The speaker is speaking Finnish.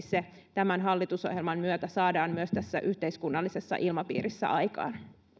se tämän hallitusohjelman myötä saadaan myös tässä yhteiskunnallisessa ilmapiirissä aikaan